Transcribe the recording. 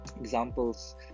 examples